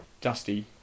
dusty